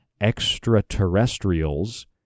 extraterrestrials